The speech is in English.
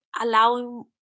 allowing